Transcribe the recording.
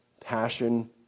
passion